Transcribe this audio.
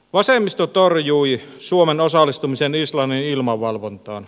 vasemmisto torjui suomen osallistumisen islannin ilmavalvontaan